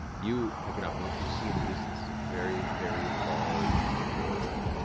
you pick it up and what you see in the distance is a very, very large bird,